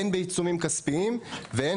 באופן ספציפי הן בעיצומים כספיים והן